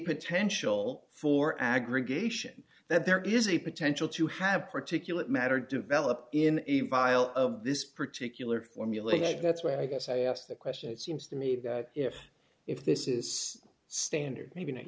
potential for aggregation that there is a potential to have particulate matter develop in a vial of this particular formulated that's why i guess i asked the question it seems to me that if if this is standard maybe not